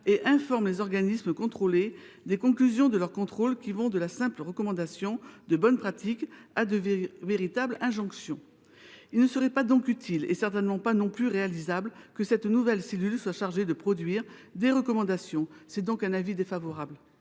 et informent les organismes contrôlés des conclusions de leurs contrôles, qui vont de la simple recommandation de bonne pratique à des injonctions. Il ne serait donc pas utile – ni certainement réalisable – que cette nouvelle cellule soit chargée de produire des recommandations. Dès lors, la commission émet